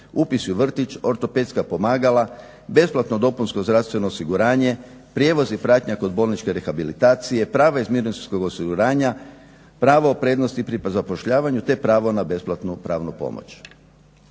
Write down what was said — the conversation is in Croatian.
upis u vrtić, ortopedska pomagala, besplatno dopunsko zdravstveno osiguranje, prijevoz i pratnja kod bolničke rehabilitacije, prava iz mirovinskog osiguranja, pravo prednosti pri zapošljavanju te pravo na besplatnu pravnu pomoć.